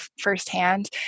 firsthand